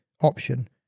option